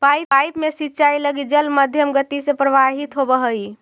pipe में सिंचाई लगी जल मध्यम गति से प्रवाहित होवऽ हइ